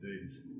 days